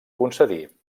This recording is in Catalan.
concedir